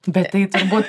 bet tai turbūt